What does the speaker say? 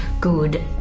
good